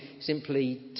simply